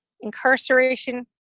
incarceration